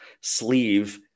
sleeve